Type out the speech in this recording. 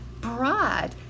bride